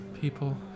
people